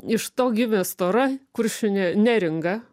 iš to gimė stora kuršių ne neringa